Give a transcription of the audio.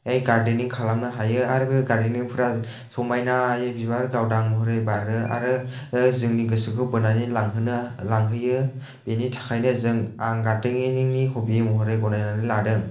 गारदेनिं खालामनो हायो आरो बे गारदेनिंफोराव समायनायै बिबार गावदां महरै बारो आरो जोंनि गोसोखौ बोनानै लांहोनो लांहोयो बेनि थाखायनो जों आं गारदेनिंनि हबि महरै गनायनानै लादों